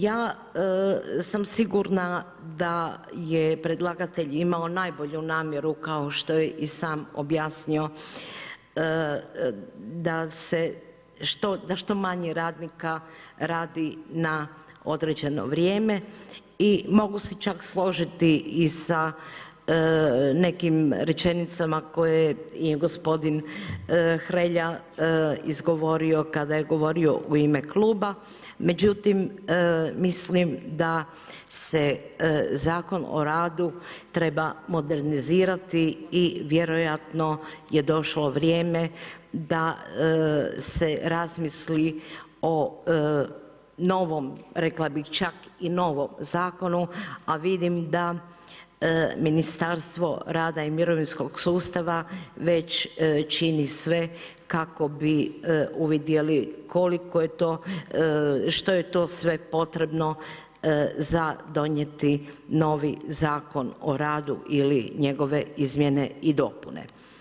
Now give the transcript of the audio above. Ja sam sigurna da je predlagatelj imao najbolju namjeru, kao što je i sam objasnio, da što manje radnika radi na određeno vrijeme i mogu se čak složiti i sa nekim rečenicama koje je gospodin Hrelja izgovorio kada je govorio u ime kluba, međutim mislim da se Zakon o radu treba modernizirati i vjerojatno je došlo vrijeme da se razmisli o novom, rekla bih čak i novom zakonu, a vidim da Ministarstvo rada i mirovinskog sustava već čini sve kako bi uvidjeli što je to sve potrebno za donijeti novi Zakon o radu ili njegove izmjene i dopune.